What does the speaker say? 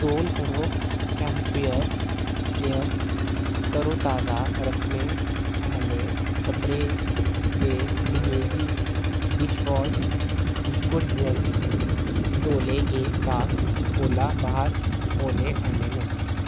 तौल करो Campure air तरोताजा रक्खने आह्ले स्प्रे ते निमेज़ी डिशवॉश लिक्विड जैल्ल तौले गै स्टाक कोला बाह्र होने आह्ले न